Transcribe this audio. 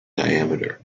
diameter